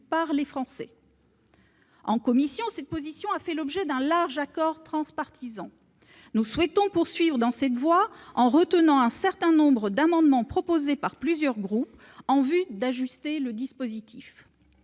par les Français. En commission, cette position a fait l'objet d'un large accord transpartisan. Nous souhaitons poursuivre dans cette voie en retenant un certain nombre d'amendements proposés par plusieurs groupes en vue d'ajuster le dispositif.